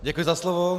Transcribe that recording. Děkuji za slovo.